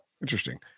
interesting